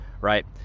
right